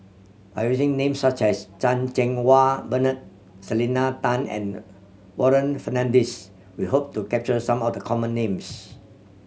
by using names such as Chan Cheng Wah Bernard Selena Tan and Warren Fernandez we hope to capture some of the common names